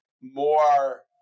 more